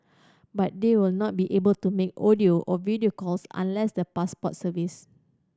but they will not be able to make audio or video calls unless the Passport service